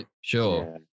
Sure